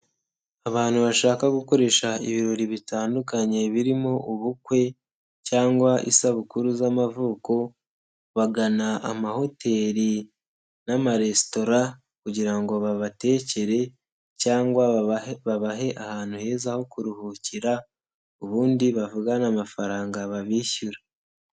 Abantu bashaka gukoresha ibirori bitandukanye birimo ubukwe cyangwa isabukuru z'amavuko, bagana amahoteri n'amaresitora kugira ngo babatekere cyangwa babahe ahantu heza ho kuruhukira, ubundi bavugane amafaranga babishyura.